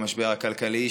במשבר הכלכלי,